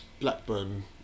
Blackburn